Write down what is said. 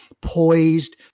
poised